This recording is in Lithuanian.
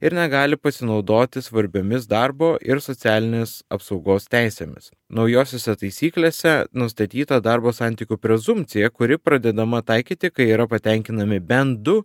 ir negali pasinaudoti svarbiomis darbo ir socialinės apsaugos teisėmis naujosiose taisyklėse nustatyta darbo santykių prezumpcija kuri pradedama taikyti kai yra patenkinami bent du